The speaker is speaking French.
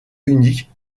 unique